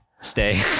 stay